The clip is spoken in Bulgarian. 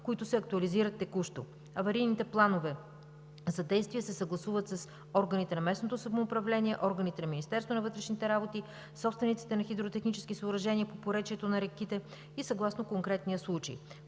текущо се актуализират. Аварийните планове за действие се съгласуват с органите на местното самоуправление, органите на Министерството на вътрешните работи, собствениците на хидротехнически съоръжения по поречието на реките и съгласно конкретния случай.